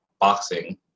boxing